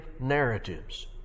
narratives